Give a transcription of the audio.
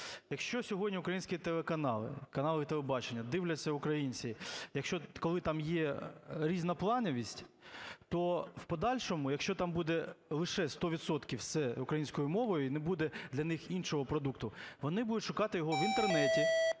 Якщо сьогодні українські телеканали, канали телебачення дивляться українці, коли там є різноплановість, то в подальшому, якщо там буде лише сто відсотків все українською мовою і не буде для них іншого продукту, вони будуть шукати його в Інтернеті,